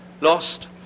Lost